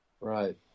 right